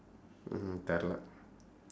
mmhmm தெரியல:theriyala